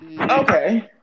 okay